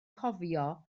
cofio